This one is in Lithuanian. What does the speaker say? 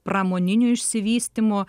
pramoniniu išsivystymu